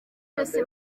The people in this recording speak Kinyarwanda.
cyose